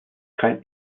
kein